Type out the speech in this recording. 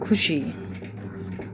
खुसी